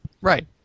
Right